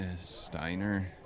Steiner